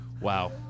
wow